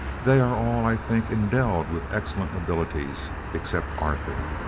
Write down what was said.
they are all, i think, endowed with excellent abilities, except arthur,